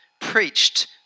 preached